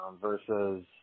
Versus